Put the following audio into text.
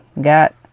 got